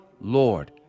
lord